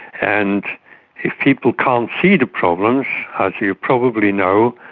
and if people can't see the problems, as you probably know,